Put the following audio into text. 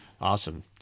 Awesome